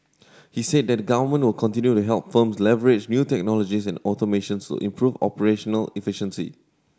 he said the government will continue to help firms leverage new technologies and automation to improve operational efficiency